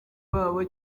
babo